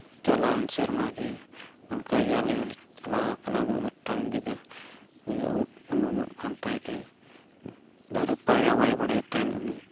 ᱪᱟᱞᱟᱣᱮᱱ ᱥᱮᱨᱢᱟᱜᱮ ᱚᱱᱠᱟᱜᱮ ᱟᱞᱮ ᱦᱚᱸᱞᱮ ᱪᱟᱞᱟᱣ ᱟᱠᱟᱱᱟ ᱩᱢᱩᱜ ᱢᱤᱫᱴᱟᱝ ᱜᱤᱫᱟᱹᱨ ᱩᱱᱩᱢᱚᱜ ᱠᱟᱱ ᱛᱟᱦᱮᱸᱜ ᱮ ᱫᱟᱜ ᱨᱮ ᱯᱟᱭᱨᱟ ᱵᱟᱭ ᱵᱟᱲᱟᱭ ᱛᱟᱦᱮᱱ ᱩᱱᱤ